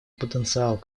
потенциал